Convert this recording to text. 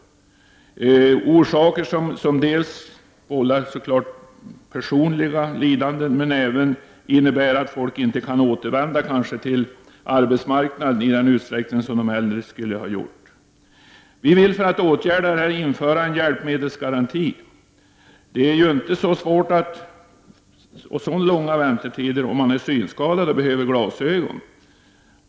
Detta vållar helt klart personliga lidanden, men det kan också innebära att folk inte kan återvända till arbetsmarknaden i den utsträckning som de eljest skulle ha gjort. Vi vill för att åtgärda detta införa en hjälpmedelsgaranti. Sådana svårigheter och så långa väntetider har ju inte den som är synskadad och behöver glasögon.